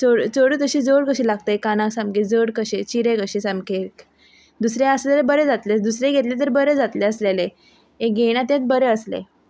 चड चडत अशें जड कशें लागता हे कानाक सामकें जड कशें चिरे कशें सामके दुसऱ्या आसा जाल्या बरें जातलें आसलें दुसरें घेतलें तर बरें जातलें आसलेलें हे घेयना तेंत बरें आसलें